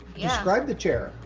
yeah describe the chair.